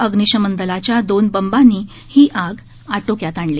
अग्नीशमन दलाच्या दोन बंबांनी ही आग आटोक्यात आणली